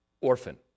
orphan